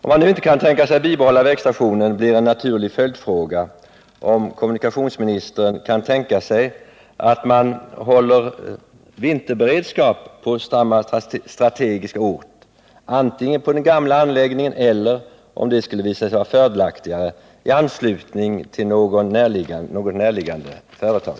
Om man nu inte kan bibehålla vägstationen, blir en naturlig följdfråga, om kommunikationsministern kan tänka sig att man håller vinterberedskap på samma strategiska ort, antingen på den gamla anläggningen eller, om det skulle visa sig vara fördelaktigare, i anslutning till något närliggande företag.